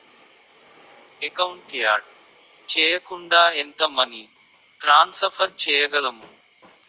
Account add చేయకుండా ఎంత money transfer చేయగలము?